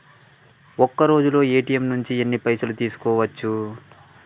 ఒక్కరోజులో ఏ.టి.ఎమ్ నుంచి ఎన్ని పైసలు తీసుకోవచ్చు?